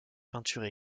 peinture